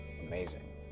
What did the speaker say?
amazing